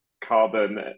carbon